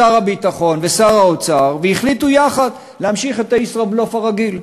שר הביטחון ושר האוצר והחליטו יחד להמשיך את הישראבלוף הרגיל.